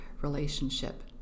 relationship